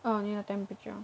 oh 你的 temperature